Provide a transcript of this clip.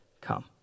come